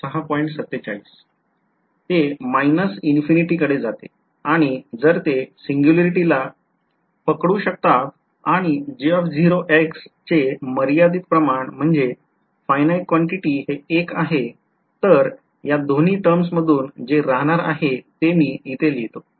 ते minus infinity कडे जाते आणि जर ते सिंग्युलॅरिटीला योग्य पकडू शाक्तात आणि J0 चे मर्यादित प्रमाण म्हणजे हे १ आहे तर या दोन्ही टर्म्समधून जे राहणार आहे ते मी इथे लिहितो